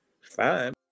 Fine